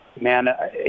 Man